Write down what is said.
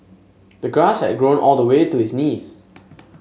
the grass had grown all the way to his knees